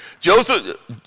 Joseph